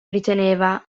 riteneva